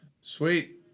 Sweet